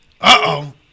Uh-oh